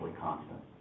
constant